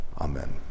Amen